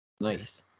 Nice